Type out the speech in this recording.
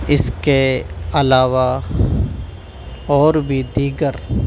اس کے علاوہ اور بھی دیگر